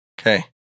Okay